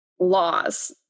laws